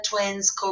twins